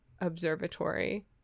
observatory